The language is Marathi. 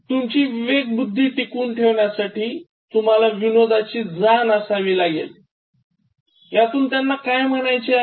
तुमची विवेकबुद्धी टिकवून ठेवण्यासाठी तुम्हाला विनोदाची जाण असावी लागेल यातून त्यांना काय म्हणायचे आहे